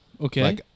Okay